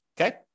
Okay